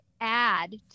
add